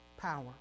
power